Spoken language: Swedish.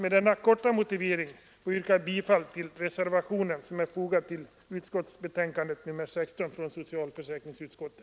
Med denna korta motivering ber jag att få yrka bifall till den reservation som fogats till socialförsäkringsutskottets betänkande nr 16.